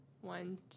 One